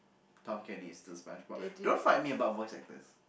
Tom-Kenny is still SpongeBob don't fight me about voice actors